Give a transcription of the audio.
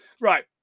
Right